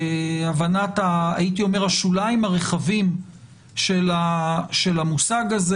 הבנת השוליים הרחבים של המושג הזה,